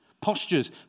postures